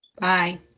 Bye